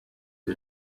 izi